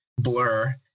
blur